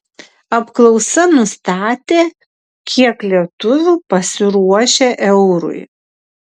apklausa nustatė kiek lietuvių pasiruošę eurui